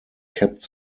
kept